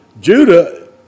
Judah